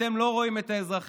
אתם לא רואים את האזרחים,